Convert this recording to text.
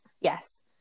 Yes